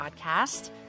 podcast